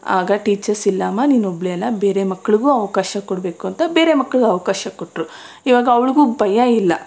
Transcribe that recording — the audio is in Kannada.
ಆಗ ಟೀಚರ್ಸ್ ಇಲ್ಲಮ್ಮ ನೀನು ಒಬ್ಬಳೇ ಅಲ್ಲ ಬೇರೆ ಮಕ್ಕಳಿಗೂ ಅವಕಾಶ ಕೊಡಬೇಕು ಅಂತ ಬೇರೆ ಮಕ್ಳ್ಗೆ ಅವಕಾಶ ಕೊಟ್ಟರು ಇವಾಗ ಅವಳಿಗೂ ಭಯ ಇಲ್ಲ